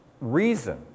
reason